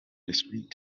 discrete